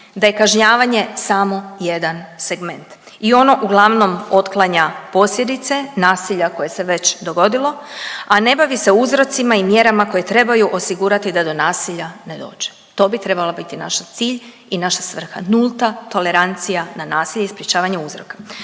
da je kažnjavanje samo jedan segment i ono uglavnom otklanja posljedice nasilja koje se već dogodilo, a ne bavi se uzrocima i mjerama koje trebaju osigurati da do nasilja ne dođe. To bi trebao biti naš cilj i naša svrha, nulta tolerancija na nasilje i sprječavanje uzroka.